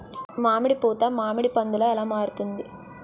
మామిడి పూత మామిడి పందుల ఎలా మారుతుంది?